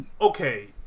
okay